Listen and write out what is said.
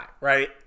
right